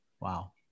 Wow